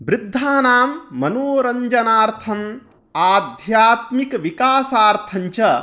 वृद्धानां मनोरञ्जनार्थम् आध्यात्मिकविकासार्थञ्च